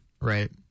Right